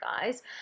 guys